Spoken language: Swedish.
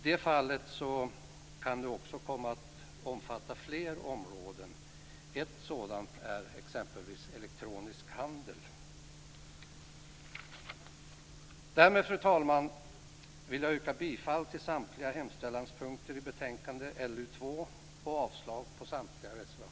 De kan också komma att omfatta fler områden. Ett sådant är exempelvis elektronisk handel. Fru talman! Därmed vill jag yrka bifall till samtliga hemställanspunkter i betänkande LU2 och avslag på samtliga reservationer.